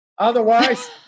Otherwise